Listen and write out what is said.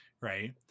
Right